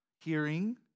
Hearing